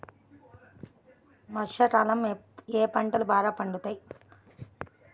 వర్షాకాలంలో ఏ పంటలు బాగా పండుతాయి?